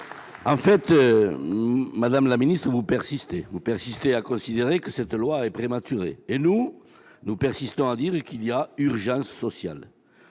l'article. Madame la ministre, vous persistez ! Vous persistez à considérer que cette proposition de loi est prématurée. Nous, nous persistons à dire qu'il y a urgence sociale.